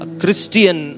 Christian